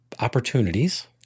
opportunities